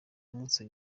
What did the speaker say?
umusi